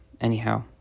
anyhow